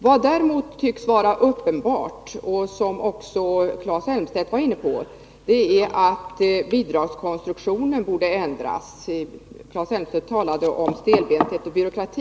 Vad som däremot tycks vara uppenbart och som också Claes Elmstedt var inne på är att bidragskonstruktionen borde ändras. Claes Elmstedt talade om stelbenthet och byråkrati.